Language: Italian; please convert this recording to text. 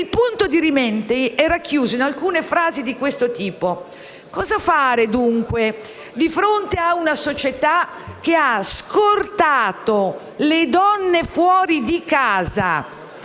il punto dirimente è racchiuso in alcune frasi di questo tipo: «Cosa fare, dunque, di fronte a una società che ha scortato le donne fuori di casa,